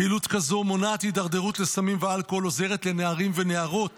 פעילות כזו מונעת התדרדרות לסמים ואלכוהול ועוזרת לנערים ונערות